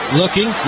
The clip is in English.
looking